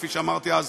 כפי שאמרתי אז,